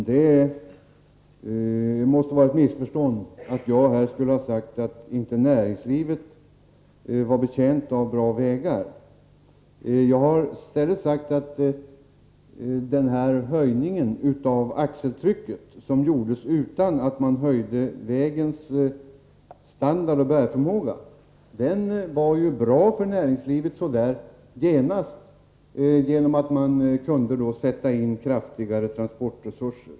Herr talman! Det måste vara ett missförstånd att jag skulle ha sagt att näringslivet inte vore betjänt av bra vägar. Jag har i stället sagt att höjningen av axeltrycket, som gjordes utan att man höjde vägens standard och bärförmåga, ju var bra för näringslivet på kort sikt, genom att man där kunde sätta in kraftigare transportresurser.